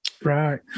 Right